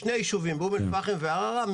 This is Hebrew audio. בשני היישובים באום-אל-פאחם וערערה.